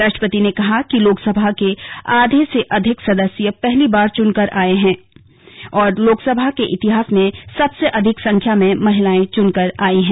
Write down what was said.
राष्ट्रपति ने कहा कि लोकसभा के आधे से अधिक सदस्य पहली बार चुनकर आए हैं और लोकसभा के इतिहास में सबसे अधिक संख्या में महिलाएं चुनकर आई हैं